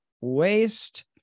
Waste